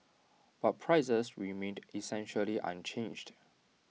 but prices remained essentially unchanged